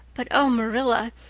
but oh, marilla,